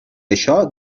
això